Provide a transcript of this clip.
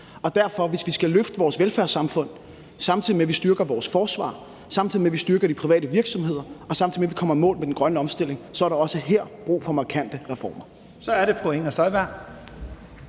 vi derfor skal løfte vores velfærdssamfund, samtidig med at vi styrker vores forsvar, samtidig med at vi styrker de private virksomheder, samtidig med at vi kommer i mål med den grønne omstilling, så er der også her brug for markante reformer. Kl. 10:49 Første